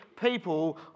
people